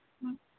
ம்